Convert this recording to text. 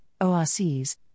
ORCs